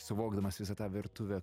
suvokdamas visą tą virtuvę